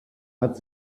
hat